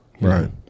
Right